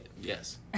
Yes